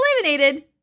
eliminated